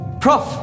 Prof